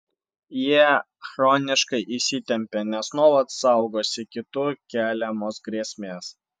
jie chroniškai įsitempę nes nuolat saugosi kitų keliamos grėsmės